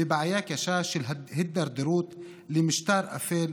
בבנייה קשה של הידרדרות למשטר אפל,